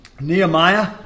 Nehemiah